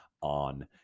on